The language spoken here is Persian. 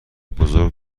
بزرگ